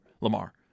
Lamar